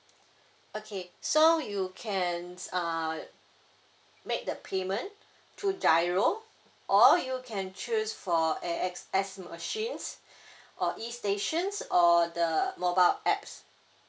okay so you can uh make the payment through giro or you can choose for A_X_S machines or e stations or the mobile apps